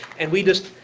and we just,